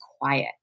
quiet